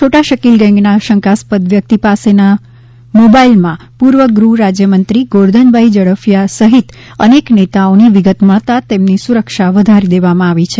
છોટા શકીલ ગેંગના શંકાસ્પદ વ્યક્તિ પાસે ના મોબાઇલ માં પૂર્વ ગૃહ રાજ્યમંત્રી ગોરધનભાઈ ઝડફિયા સહિત અનેક નેતાઓની વિગત મળતા તેમની સુરક્ષા વધારી દેવામાં આવી છે